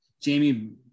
Jamie